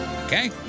Okay